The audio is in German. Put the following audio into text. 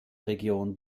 region